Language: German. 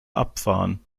abfahren